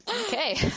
Okay